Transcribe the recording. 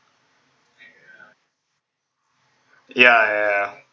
ya ya